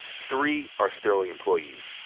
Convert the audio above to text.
three are sterling employees.